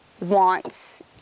wants